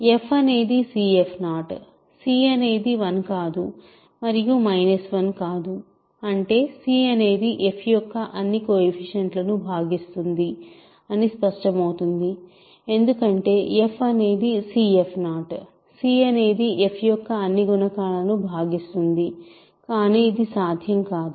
f అనేది cf0 c అనేది 1 కాదు మరియు 1 కాదు అంటే c అనేది f యొక్క అన్ని కొయెఫిషియంట్లను భాగిస్తుంది అని స్పష్టమవుతుంది ఎందుకంటే f అనేది cf0 c అనేది f యొక్క అన్ని గుణకాలను భాగిస్తుంది కానీ ఇది సాధ్యం కాదు